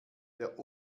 der